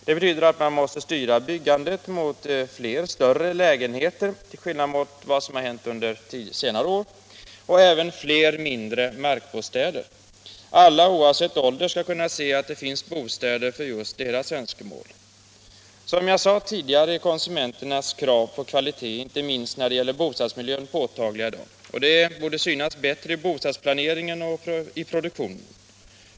Det betyder att man måste styra byggandet mot fler större lägenheter — till skillnad mot vad som har hänt under senare år — och även fler mindre markbostäder. Alla oavsett ålder skall kunna se att det finns bostäder som svarar mot just deras önskemål. Som jag sade tidigare är konsumenternas krav på kvalitet, inte minst när det gäller bostadsmiljön, påtagligare i dag. Och det borde synas bättre i bostadsplaneringen och produktionen.